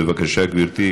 בבקשה, גברתי.